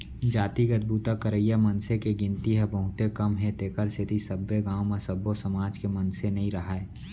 जातिगत बूता करइया मनसे के गिनती ह बहुते कम हे तेखर सेती सब्बे गाँव म सब्बो समाज के मनसे नइ राहय